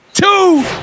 Two